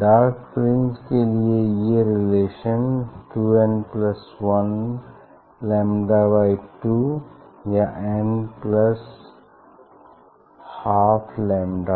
dark fringe के लिए ये रिलेशन है two n plus one lambda by two या एन प्लस हाफ लैम्डा